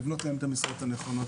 לבנות להם את המשרות הנכונות.